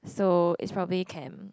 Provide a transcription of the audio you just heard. so it's probably chem